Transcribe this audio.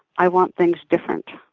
i want things different.